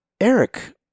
eric